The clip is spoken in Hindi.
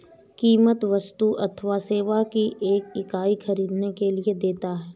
कीमत वस्तु अथवा सेवा की एक इकाई ख़रीदने के लिए देता है